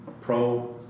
pro